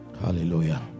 Hallelujah